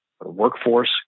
workforce